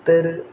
तर